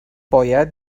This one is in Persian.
باید